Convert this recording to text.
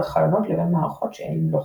חלונות לבין מערכות שהן לא חלונות.